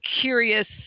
curious